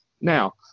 Now